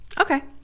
Okay